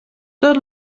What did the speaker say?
tot